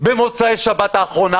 במוצאי שבת האחרונה?